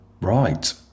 Right